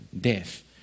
Death